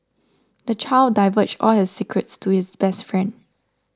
the child divulged all his secrets to his best friend